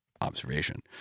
observation